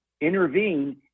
intervene